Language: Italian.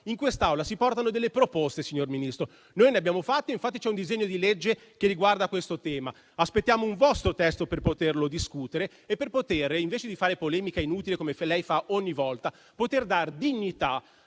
invece si portano delle proposte, signor Ministro. Noi ne abbiamo fatte e infatti c'è un disegno di legge che riguarda questo tema. Aspettiamo un vostro testo per poterlo discutere e, invece di fare polemica inutile come lei fa ogni volta, poter dar dignità